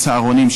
צהרונים,